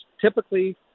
Typically